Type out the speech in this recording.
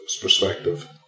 perspective